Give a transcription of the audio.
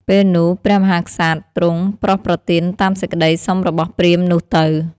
ពេលនោះព្រះមហាក្សត្រទ្រង់ប្រោសប្រទានតាមសេចក្តីសុំរបស់ព្រាហ្មណ៍នោះទៅ ។